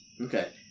Okay